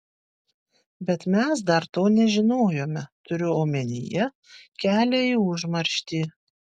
bet mes dar to nežinojome turiu omenyje kelią į užmarštį